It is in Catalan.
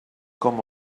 com